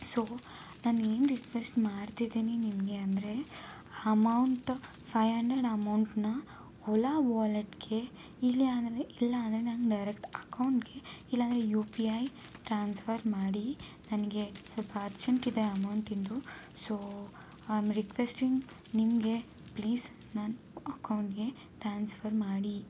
so ನಾನು ಏನು request ಮಾಡ್ತಿದ್ದೀನಿ ನಿಮಗೆ ಅಂದರೆ ಹಮೌಂಟ್ ಫೈ ಹಂಡ್ರೆಡ್ ಅಮೌಂಟನ್ನ ಓಲಾ ವಾಲೆಟ್ಗೆ ಈಗಲೇ ಆದರೆ ಇಲ್ಲ ಅಂದರೆ ನನ್ನ ಡೈರೆಕ್ಟ್ ಅಕೌಂಟ್ಗೆ ಇಲ್ಲಾಂದರೆ ಯು ಪಿ ಐ ಟ್ರಾನ್ಸ್ಫರ್ ಮಾಡಿ ನನಗೆ ಸ್ವಲ್ಪ ಅರ್ಜೆಂಟ್ ಇದೆ ಅಮೌಂಟಿಂದು ಸೋ ಐ ಆಮ್ ರಿಕ್ವೆಸ್ಟಿಂಗ್ ನಿಮಗೆ ಪ್ಲೀಸ್ ನನ್ನ ಅಕೌಂಟ್ಗೆ ಟ್ರಾನ್ಸ್ಫರ್ ಮಾಡಿ